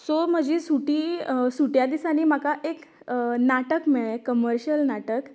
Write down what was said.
so म्हजी सुटी सुटया दिसांनी म्हाका एक नाटक मेळ्ळें कमर्शियल नाटक